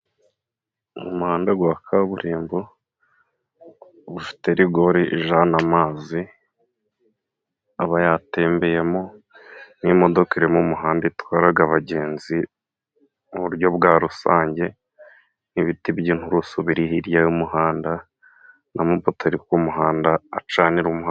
Mu muhanda wa kaburimbo ufite rigori ijyana amazi aba yatembeyemo n'imodoka iri mu muhanda itwara abagenzi mu buryo bwa rusange, ibiti by'inturusu biri hirya y'umuhanda n'amapoto ari ku muhanda acanira umuhanda.